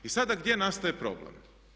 I sada gdje nastaje problem?